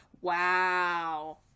Wow